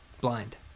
blind